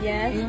Yes